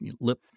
lip